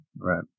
right